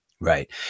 Right